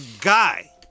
guy